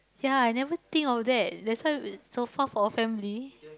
ya I never think of that that's why so far for a family